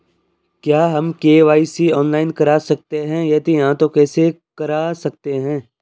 क्या हम KYC online करा सकते हैं यदि हाँ तो कैसे करा सकते हैं?